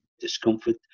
discomfort